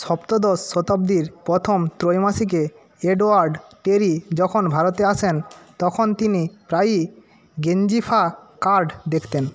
সপ্তদশ শতাব্দীর প্রথম ত্রৈমাসিকে এডওয়ার্ড টেরি যখন ভারতে আসেন তখন তিনি প্রায়ই গেঞ্জিফা কার্ড দেখতেন